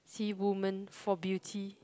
see woman for beauty